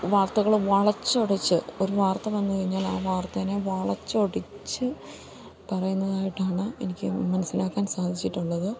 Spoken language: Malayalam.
വാർത്തകള് വളച്ചൊടിച്ച് ഒരു വാർത്ത വന്നുകഴിഞ്ഞാൽ ആ വാർത്തേനെ വളച്ചൊടിച്ച് പറയുന്നതായിട്ടാണ് എനിക്കു മനസ്സിലാക്കാൻ സാധിച്ചിട്ടുള്ളത്